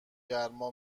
گرما